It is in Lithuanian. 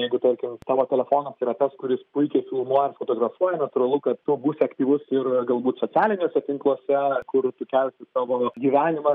jeigu tarkim tavo telefonas yra tas kuris puikiai filmuoja ar fotografuoja natūralu kad tu būsi aktyvus ir galbūt socialiniuose tinkluose kur sukelsi savo gyvenimą